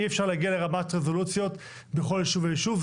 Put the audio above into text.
אי אפשר להגיע לרמת רזולוציות בכל ישוב וישוב,